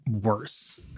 worse